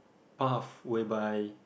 path whereby